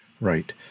Right